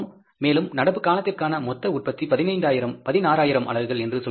மேலும் நடப்பு காலத்திற்கான மொத்த உற்பத்தி 16000 அலகுகள் என்று சொல்கிறேன்